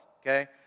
okay